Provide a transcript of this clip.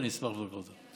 אני אשמח לבדוק אותו.